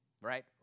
right